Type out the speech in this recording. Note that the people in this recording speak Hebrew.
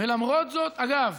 ולמרות זאת, אגב,